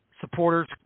supporters